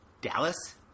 Dallas